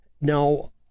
Now